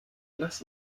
lass